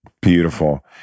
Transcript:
Beautiful